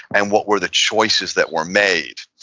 and what were the choices that were made?